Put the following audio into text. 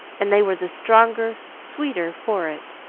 and they were the stronger, sweeter for it,